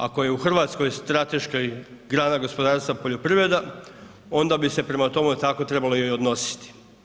Ako je u Hrvatskoj strateška grana gospodarstva poljoprivreda, onda bi se prema tome tako trebalo i odnositi.